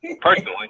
Personally